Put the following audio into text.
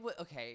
Okay